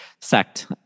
sect